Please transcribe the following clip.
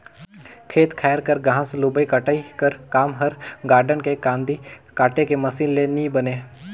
खेत खाएर कर घांस लुबई कटई कर काम हर गारडन के कांदी काटे के मसीन ले नी बने